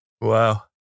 Wow